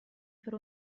per